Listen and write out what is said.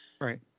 right